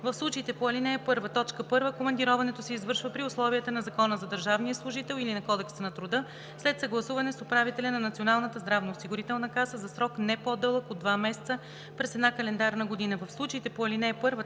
В случаите по ал. 1, т. 1 командироването се извършва при условията на Закона за държавния служител или на Кодекса на труда след съгласуване с управителя на Националната здравноосигурителна каса за срок не по-дълъг от два месеца през една календарна година.